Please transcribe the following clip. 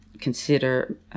consider